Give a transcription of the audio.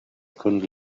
couldn’t